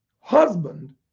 husband